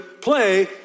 play